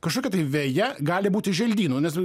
kažkokia tai veja gali būti želdynų nes